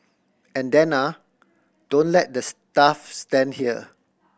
and then ah don't let the staff stand here